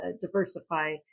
diversify